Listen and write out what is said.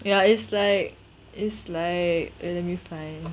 ya is like is like wait let me find